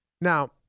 Now